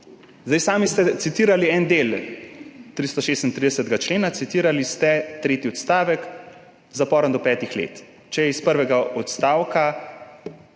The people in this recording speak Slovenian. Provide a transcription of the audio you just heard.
Sami ste citirali en del 336. člena, citirali ste tretji odstavek, z zaporom do petih let, če je iz prvega odstavka